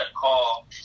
call